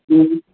ꯎꯝ